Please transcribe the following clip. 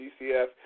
DCF